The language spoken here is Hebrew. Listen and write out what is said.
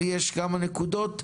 לי יש כמה נקודות,